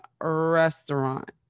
restaurant